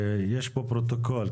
יש פה פרוטוקול,